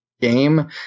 game